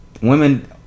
Women